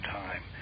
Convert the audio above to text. time